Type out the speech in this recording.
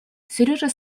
сережа